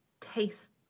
taste